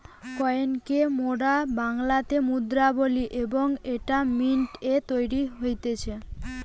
coin কে মোরা বাংলাতে মুদ্রা বলি এবং এইটা মিন্ট এ তৈরী হতিছে